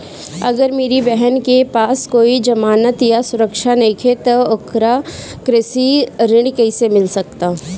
अगर मेरी बहन के पास कोई जमानत या सुरक्षा नईखे त ओकरा कृषि ऋण कईसे मिल सकता?